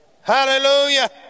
Hallelujah